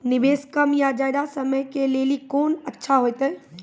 निवेश कम या ज्यादा समय के लेली कोंन अच्छा होइतै?